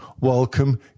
welcome